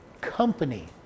company